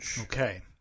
Okay